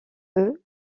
eut